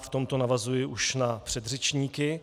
V tomto navazuji už na předřečníky.